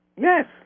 Yes